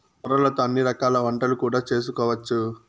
కొర్రలతో అన్ని రకాల వంటలు కూడా చేసుకోవచ్చు